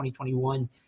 2021